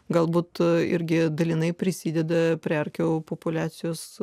galbūt irgi dalinai prisideda prie erkių populiacijos